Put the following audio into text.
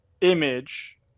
Image